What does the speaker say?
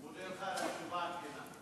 אני מודה לך על התשובה הכנה.